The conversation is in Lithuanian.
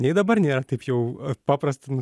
nei dabar nėra taip jau paprasta